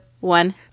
one